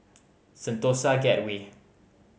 Sentosa Gateway